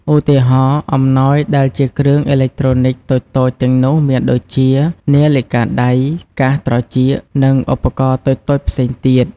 ឧទាហរណ៍ អំណោយដែលជាគ្រឿងអេឡិចត្រូនិចតូចៗទាំងនោះមានដូចជា នាឡិកាដៃ កាសត្រចៀក និងឧបករណ៍តូចៗផ្សេងទៀត។